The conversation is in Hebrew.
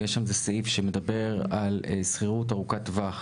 יש בה סעיף שמדבר על שכירות ארוכת טווח